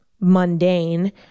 mundane